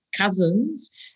cousins